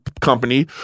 company